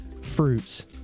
Fruits